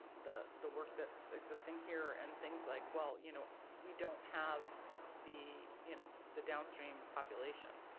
the the work that is existing here and things like, well, you know we don't have the you know the downstream population.